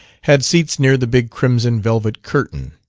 had seats near the big crimson velvet curtain.